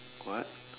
what